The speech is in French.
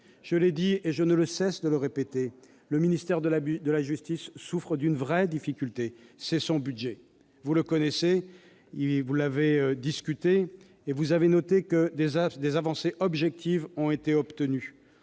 Je l'ai dit et je ne cesse de le répéter : le ministère de la justice souffre d'une vraie difficulté, à savoir son budget. Vous le connaissez, vous l'avez discuté et vous avez noté que des avancées objectives ont été obtenues.